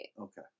Okay